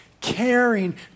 caring